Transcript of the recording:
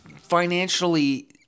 financially